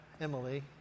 Emily